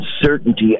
uncertainty